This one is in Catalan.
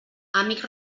amic